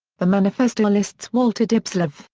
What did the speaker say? the manifesto lists walter dubislav,